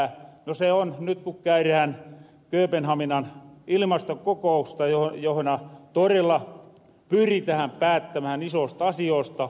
no se on nyt kun käyrähän kööpenhaminan ilmastokokousta johna torella pyritähän päättämähän isoost asioosta